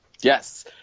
Yes